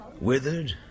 withered